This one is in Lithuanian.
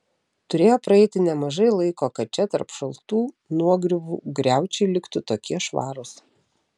turėjo praeiti nemažai laiko kad čia tarp šaltų nuogriuvų griaučiai liktų tokie švarūs